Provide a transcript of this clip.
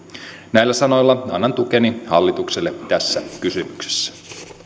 näillä sanoilla annan tukeni hallitukselle tässä kysymyksessä